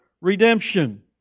redemption